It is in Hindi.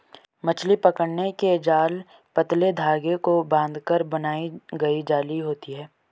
मछली पकड़ने के जाल पतले धागे को बांधकर बनाई गई जाली होती हैं